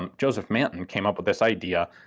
um joseph manton came up with this idea,